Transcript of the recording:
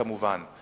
כמובן,